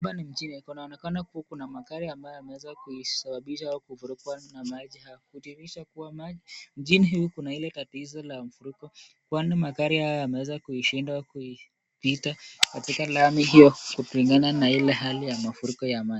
Hapa ni mjini kunaonekana kuwa kuna magari ambayo yameweza kuisababishwa au kuvurukwa na maji kudhirisha kuwa maji mjini huu kuna ile tatizo la mavuriko kwani magari haya yameweza kuishindwa kuipita katika lami hiyo kulingana na ile hali ya mafuriko ya maji.